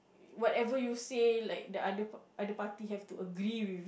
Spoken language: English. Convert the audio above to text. whatever you said like the other other party have to agree with